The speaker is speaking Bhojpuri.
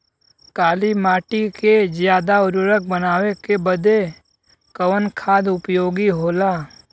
काली माटी के ज्यादा उर्वरक बनावे के बदे कवन खाद उपयोगी होला?